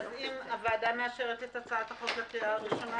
הוועדה מאשרת את הצעת החוק לקריאה הראשונה.